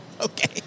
Okay